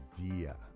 idea